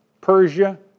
Persia